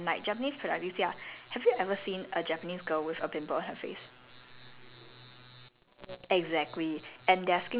like a japanese trend ya so a lot of japanese trends are coming back right and like japanese product you see ah have you ever seen a japanese girl with a pimple on her face